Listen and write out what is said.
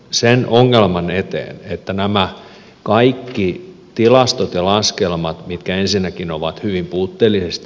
sen ongelman eteen että nämä kaikki tilastot ja laskelmat mitkä ensinnäkin ovat hyvin puutteellisesta